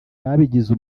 babigize